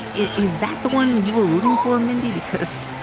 is that the one you were rooting for, mindy? because